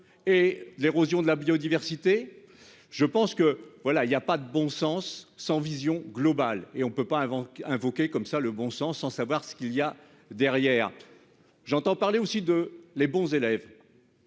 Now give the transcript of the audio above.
et l'érosion de la biodiversité. Je pense que voilà il y a pas de bon sens, sans vision globale et on ne peut pas inventer invoquer comme ça le bon sens, sans savoir ce qu'il y a derrière. J'entends parler aussi de les bons élèves.